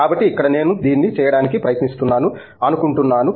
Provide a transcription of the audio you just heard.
కాబట్టి ఇక్కడ నేను దీన్ని చేయడానికి ప్రయత్నిస్తున్నానని అనుకుంటున్నాను